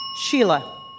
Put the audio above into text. Sheila